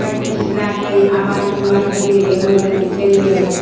बायदिसिना जों आमाय जुमाय गेलेयोमोन जोङो